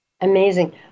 amazing